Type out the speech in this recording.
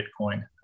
Bitcoin